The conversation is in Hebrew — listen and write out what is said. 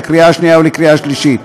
לקריאה שנייה ולקריאה שלישית.